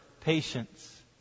patience